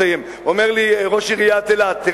ראש עיריית אילת: